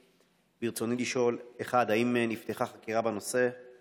ברצוני לשאול: 1. האם במשרדך בוחנים פתרון תעבורתי חלופי?